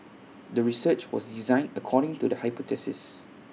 the research was designed according to the hypothesis